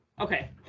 Okay